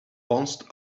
bounced